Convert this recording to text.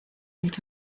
avec